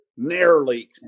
narrowly